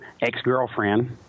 ex-girlfriend